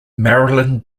marilyn